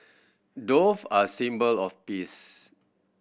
dove are symbol of peace